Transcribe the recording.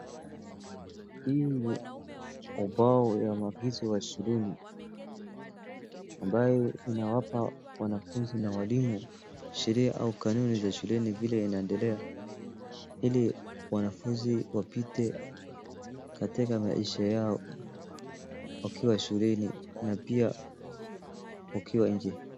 Hii ubao ya maagizo wa shuleni ambaye inawapa wanafunzi na walimu Sheria au kanuni za shuleni vile inaendelea ili wanafunzi wapite katika maisha yao wakiwa shuleni na pia wakiwa nje.